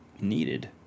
needed